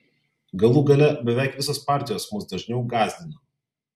galų gale beveik visos partijos mus dažniau gąsdino